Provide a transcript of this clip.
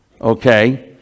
Okay